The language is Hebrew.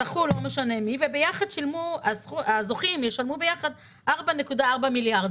זכו לא משנה מי, והזוכים ישלמו ביחד 4.4 מיליארד.